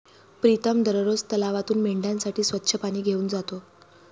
प्रीतम दररोज तलावातून मेंढ्यांसाठी स्वच्छ पाणी घेऊन जातो